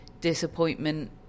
disappointment